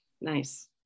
Nice